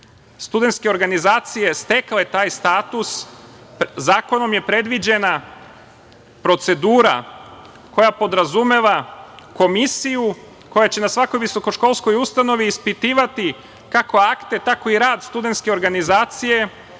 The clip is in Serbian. studentske organizacije stekle taj status, zakonom je predviđena procedura koja podrazumeva komisiju koja će na svakoj visokoškolskoj ustanovi ispitivati kako akte tako i rad studentske organizacije